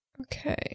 Okay